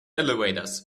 elevators